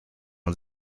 man